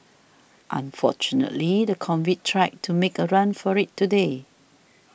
unfortunately the convict tried to make a run for it today